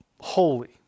holy